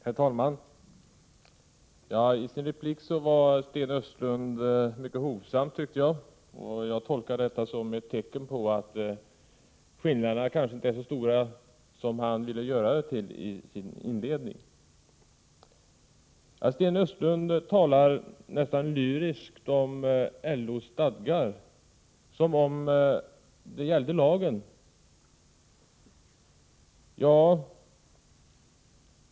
Herr talman! I sin replik var Sten Östlund mycket hovsam, tycker jag, och jag tolkar detta som ett tecken på att skillnaderna kanske inte är så stora som Sten Östlund talar nästan lyriskt om LO:s stadgar som om det gällde lagen.